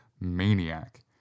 maniac